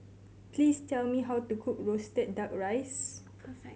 please tell me how to cook roasted Duck Rice